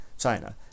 China